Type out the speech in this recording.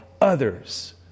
others